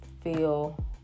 feel